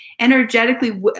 energetically